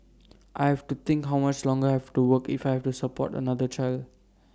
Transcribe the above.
I have to think how much longer I have to work if I have to support another child